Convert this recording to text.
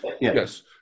Yes